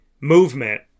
movement